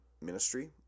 ministry